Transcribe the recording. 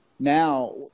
Now